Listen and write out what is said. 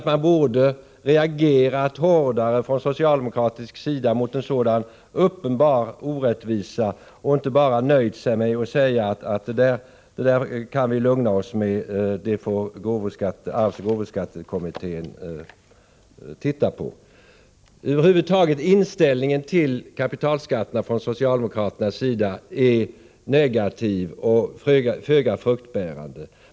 Man borde ha reagerat hårdare från socialdemokratisk sida mot en sådan uppenbar orättvisa och inte bara nöjt sig med att arvsoch gåvoskattekommittén skall studera frågan. Socialdemokraternas inställning till kapitalskatterna är över huvud taget negativ och föga fruktbärande.